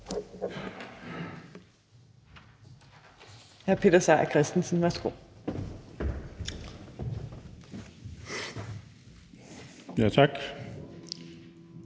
hr. Peter Seier Christensen. Værsgo. Kl.